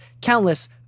countless